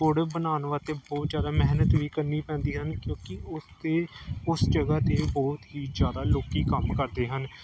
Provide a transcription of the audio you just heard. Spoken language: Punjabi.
ਗੁੜ ਬਣਾਉਣ ਵਾਸਤੇ ਬਹੁਤ ਜ਼ਿਆਦਾ ਮਿਹਨਤ ਵੀ ਕਰਨੀ ਪੈਂਦੀ ਹਨ ਕਿਉਂਕਿ ਉਸ 'ਤੇ ਉਸ ਜਗ੍ਹਾ 'ਤੇ ਬਹੁਤ ਹੀ ਜ਼ਿਆਦਾ ਲੋਕ ਕੰਮ ਕਰਦੇ ਹਨ